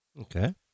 Okay